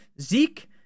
Zeke